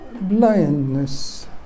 Blindness